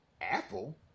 apple